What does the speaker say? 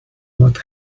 what